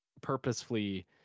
purposefully